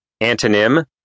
Antonym